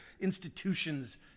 institutions